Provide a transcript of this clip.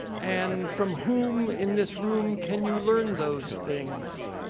and from whom in this room can you learn those things?